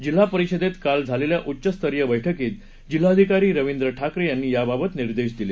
जिल्हा परिषदेत काल झालेल्या उच्चस्तरीय बैठकीत जिल्हाधिकारी रविंद्र ठाकरे यांनी याबाबत निर्देश दिले